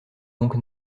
donc